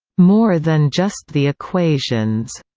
more than just the equations,